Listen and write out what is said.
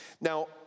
Now